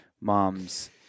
moms